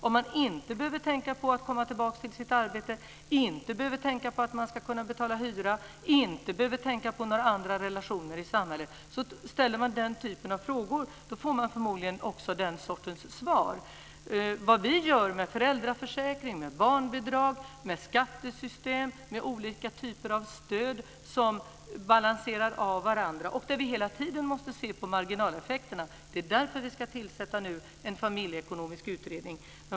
Om de inte behöver tänka på att komma tillbaka till sitt arbete, inte behöver tänka på att de ska kunna betala hyra, inte behöver tänka på några andra relationer i samhället - om den typen av frågor ställs, får man förmodligen den sortens svar. Vad vi vill ha är föräldraförsäkring, barnbidrag, skattesystem och olika typer av stöd som balanserar varandra och där vi hela tiden måste se på marginaleffekterna. Det är därför vi nu ska tillsätta en familjeekonomisk utredning.